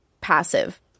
passive